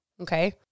Okay